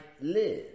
live